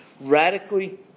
radically